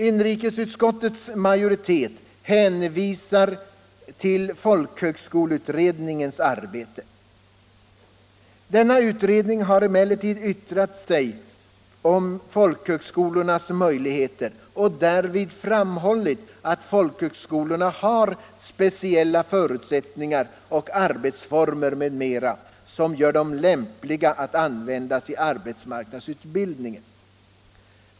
Inrikesutskottets majoritet hänvisar till folkhögskoleutredningens arbete. 155 Denna utredning har yttrat sig om folkhögskolornas möjligheter och därvid framhållit att folkhögskolorna har speciella förutsättningar, arbetsformer m.m. som gör dem lämpliga att användas i arbetsmarknadsutbildningen.